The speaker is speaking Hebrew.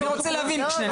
אני לא רוצה לנקוב פה במספר.